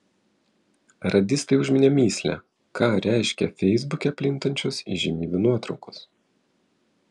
radistai užminė mįslę ką reiškia feisbuke plintančios įžymybių nuotraukos